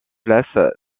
place